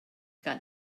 got